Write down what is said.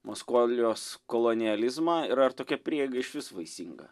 maskolijos kolonializmą ir ar tokia prieiga išvis vaisinga